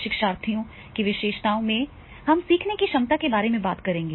शिक्षार्थियों की विशेषताओं में हम सीखने की क्षमता के बारे में बात करेंगे